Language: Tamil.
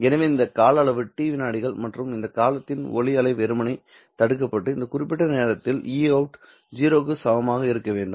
எனவே இந்த கால அளவு t விநாடிகள் மற்றும் இந்த காலத்திற்கு ஒளி அலை வெறுமனே தடுக்கப்பட்டு இந்த குறிப்பிட்ட நேரத்தில் Eout 0 க்கு சமமாக இருக்க வேண்டும்